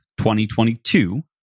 2022